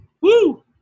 Woo